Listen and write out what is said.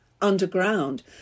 underground